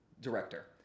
director